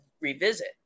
revisit